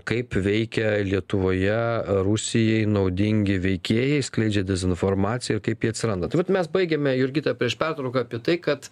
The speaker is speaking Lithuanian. kaip veikia lietuvoje rusijai naudingi veikėjai skleidžia dezinformaciją kaip ji atsiranda tai vat mes baigėme jurgita prieš pertrauką apie tai kad